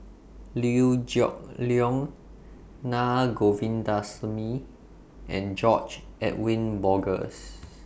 Liew Geok Leong Naa Govindasamy and George Edwin Bogaars